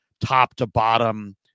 top-to-bottom